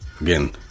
Again